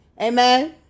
Amen